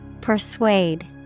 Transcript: Persuade